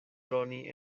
droni